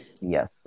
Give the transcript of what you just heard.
Yes